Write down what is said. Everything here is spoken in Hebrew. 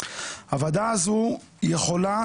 הוועדה הזו יכולה,